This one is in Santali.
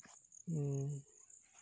ᱦᱮᱸ